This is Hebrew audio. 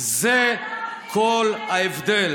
זה כל ההבדל.